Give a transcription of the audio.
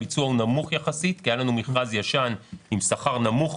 הביצוע הוא נמוך יחסית כי היה לנו מכרז ישן עם שכר נמוך.